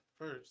first